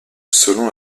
selon